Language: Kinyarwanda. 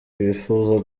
bifuza